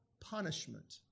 punishment